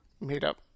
made-up